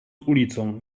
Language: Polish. ulicą